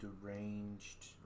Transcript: deranged